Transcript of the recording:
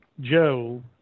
Joe